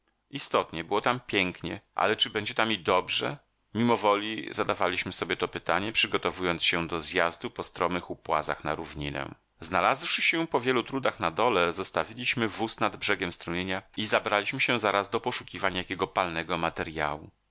istotnie było tam pięknie ale czy będzie tam i dobrze mimowoli zadawaliśmy sobie to pytanie przygotowując się do zjazdu po stromych upłazach na równinę znalazłszy się po wielu trudach na dole zostawiliśmy wóz nad brzegiem strumienia i zabraliśmy się zaraz do poszukiwań jakiego palnego materjału